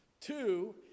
Two